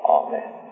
amen